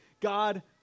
God